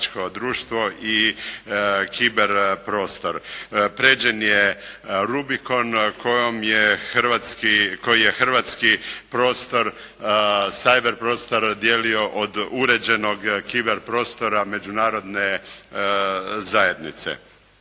i kiber prostor. Pređen je rubikon koji je hrvatski cyber prostor dijelio od uređenog kiber prostora međunarodne zajednice.